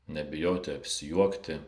nebijoti apsijuokti